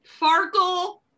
Farkle